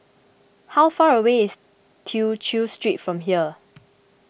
how far away is Tew Chew Street from here